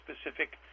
specific